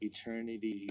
Eternity